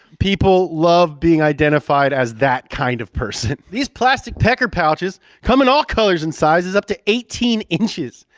people love being identified as that kind of person. these plastic pecker pouches come in all colors and sizes up to eighteen inches,